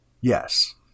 Yes